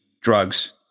drugs